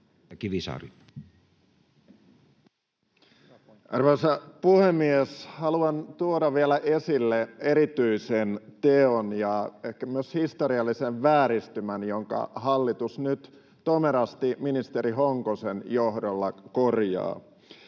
Arvoisa puhemies! Haluan tuoda vielä esille erityisen teon ja ehkä myös historiallisen vääristymän, jonka hallitus nyt tomerasti ministeri Honkosen johdolla korjaa.